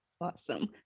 awesome